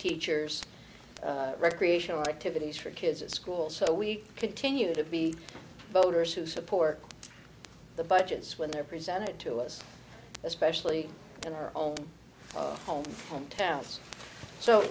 teachers recreational activities for kids in schools so we continue to be voters who support the budgets when they're presented to us especially in our own home home towns so